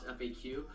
faq